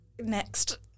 Next